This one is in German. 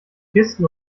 kisten